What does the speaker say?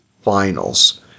Finals